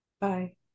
Bye